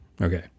Okay